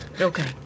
okay